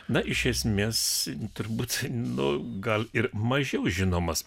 na iš esmės turbūt nu gal ir mažiau žinomas